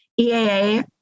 EAA